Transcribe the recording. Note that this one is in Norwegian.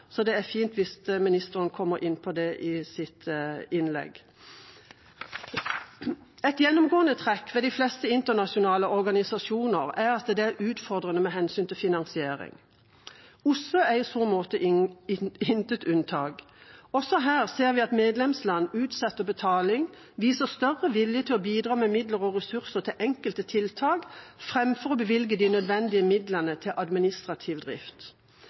så det er fint hvis ministeren kommer inn på det i sitt innlegg. Et gjennomgående trekk ved de fleste internasjonale organisasjoner er at det er utfordrende med hensyn til finansiering. OSSE er i så måte intet unntak. Også her ser vi at medlemsland utsetter betaling og viser større vilje til å bidra med midler og ressurser til enkelte tiltak framfor å bevilge de nødvendige midlene til administrativ drift.